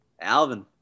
Alvin